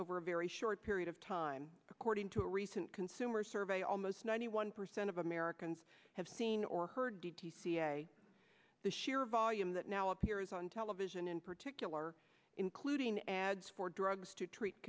over a very short period of time according to a recent consumer survey almost ninety one percent of americans have seen or heard the sheer volume that now appears on television in particular including ads for drugs to treat